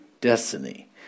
destiny